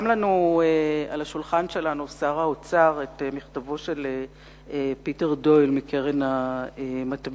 הניח לנו על שולחן הכנסת שר האוצר את מכתבו של פיטר דויל מקרן המטבע.